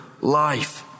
life